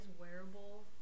wearable